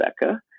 Becca